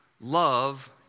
love